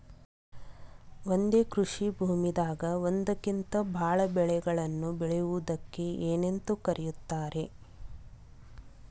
ಒಂದೇ ಕೃಷಿ ಭೂಮಿದಾಗ ಒಂದಕ್ಕಿಂತ ಭಾಳ ಬೆಳೆಗಳನ್ನ ಬೆಳೆಯುವುದಕ್ಕ ಏನಂತ ಕರಿತಾರೇ?